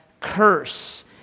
curse